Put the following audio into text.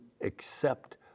accept